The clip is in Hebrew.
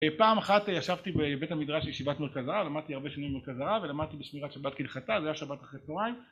פעם אחת ישבתי בבית המדרש ישיבת מרכזה, למדתי הרבה שנים במרכזה ולמדתי בשמירת שבת כהלכתה, זה היה שבת אחרי הצהריים